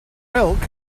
milk